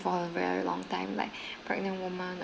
for a very long time like pregnant women